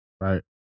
Right